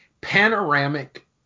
panoramic